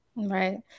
Right